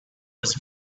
was